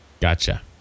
Gotcha